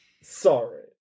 sorry